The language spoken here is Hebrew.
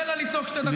תן לה לצעוק שתי דקות,